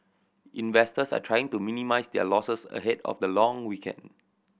investors are trying to minimise their losses ahead of the long weekend